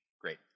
Great